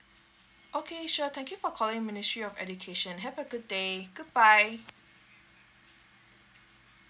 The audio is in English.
okay sure thank you for calling ministry of education have a good day goodbye